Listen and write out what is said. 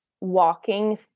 walking